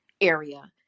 area